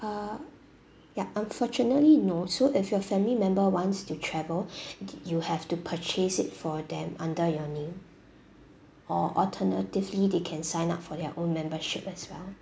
uh ya unfortunately no so if your family member wants to travel you have to purchase it for them under your name or alternatively they can sign up for their own membership as well